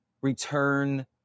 return